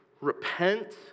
repent